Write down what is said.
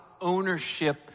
ownership